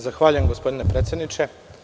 Zahvaljujem, gospodine predsedniče.